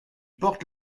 porte